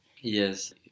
Yes